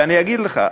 ואני אגיד לך,